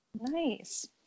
Nice